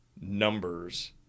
numbers